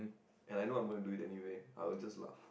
and I know I'm going do it anyway I will just laugh